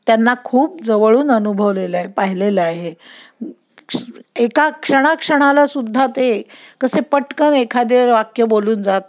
त्यांना खूप जवळून अनुभवलेलं आहे पाहिलेलं आहे एका क्षणाक्षणालासुद्धा ते कसे पटकन एखादे वाक्य बोलून जात